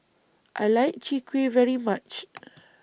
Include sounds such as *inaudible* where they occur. I like Chwee Kueh very much *noise*